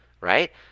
right